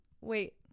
wait